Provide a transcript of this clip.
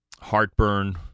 heartburn